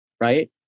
right